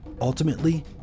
Ultimately